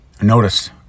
notice